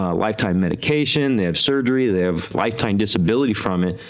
ah lifetime mediication, they have surgery, they have lifetime disability from it,